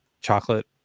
chocolate